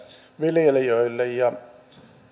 viljelijöille ja